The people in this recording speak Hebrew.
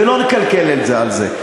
ולא נקלקל את זה על זה.